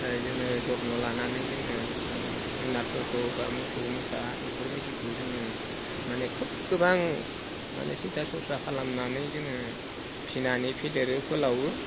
जोङो जथ्न लानानै जोङो जुनारफोरखौ बा मोसौ मोसा एफोरबायदिखौ जोङो माने खोब गोबां माने सिनथा सरसा खालामनानै जोङो फिनानै फेदेरो फोलावो